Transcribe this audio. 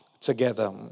together